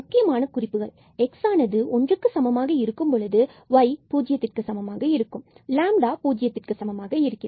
முக்கியமான குறிப்புகள் x ஆனது ஒன்றுக்கு சமமாக இருக்கும் பொழுது y பூஜ்ஜியத்துக்கு சமமாக இருக்கும் மற்றும் λ பூஜ்ஜியத்துக்கு சமமாக இருக்கும்